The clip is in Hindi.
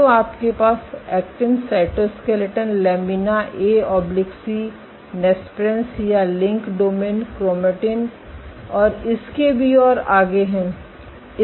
तो आपके पास actin cytoskeleton lamina A C nesprins या लिंक डोमेन क्रोमैटिन और इसके भी और आगे है